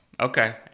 Okay